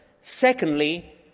Secondly